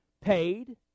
paid